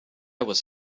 was